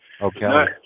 Okay